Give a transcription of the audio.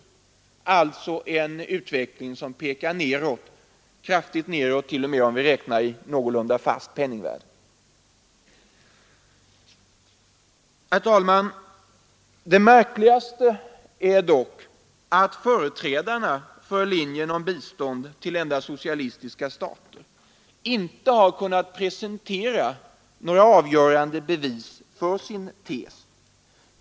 Det är alltså en utveckling som pekar kraftigt nedåt, t.o.m. om vi räknar i någorlunda fast penningvärde. Herr talman! Det märkligaste är dock att företrädarna för linjen om bistånd endast till socialistiska stater inte har kunnat presentera några avgörande bevis för sin tes.